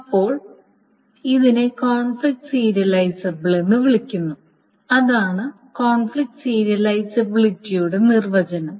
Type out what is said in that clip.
അപ്പോൾ അതിനെ conflict serialisable എന്ന് വിളിക്കുന്നു അതാണ് കോൺഫ്ലിക്റ്റ് സീരിയലൈസബിലിറ്റിയുടെ നിർവചനം